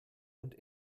und